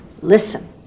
listen